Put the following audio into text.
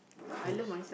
who's